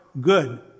good